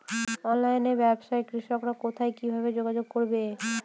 অনলাইনে ব্যবসায় কৃষকরা কোথায় কিভাবে যোগাযোগ করবে?